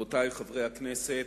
תודה, רבותי חברי הכנסת,